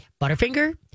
Butterfinger